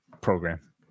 program